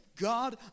God